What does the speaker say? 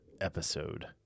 episode